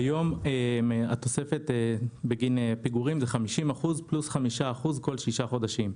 כיום התוספת בגין פיגורים זה 50% פלוס 5% כל שישה חודשים.